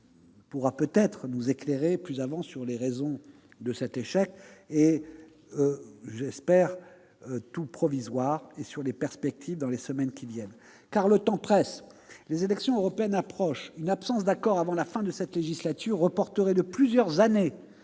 pourra peut-être nous éclairer plus avant sur les raisons de cet échec, que nous espérons tous provisoire, et sur les perspectives dans les semaines à venir. En effet, le temps presse : les élections européennes approchent, une absence d'accord avant la fin de cette législature reporterait de plusieurs années